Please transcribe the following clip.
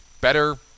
better